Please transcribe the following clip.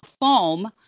foam